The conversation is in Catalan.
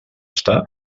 estar